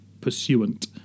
pursuant